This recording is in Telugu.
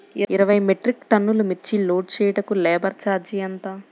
ఇరవై మెట్రిక్ టన్నులు మిర్చి లోడ్ చేయుటకు లేబర్ ఛార్జ్ ఎంత?